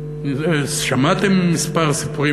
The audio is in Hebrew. שמעתם כמה סיפורים,